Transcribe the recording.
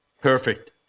Perfect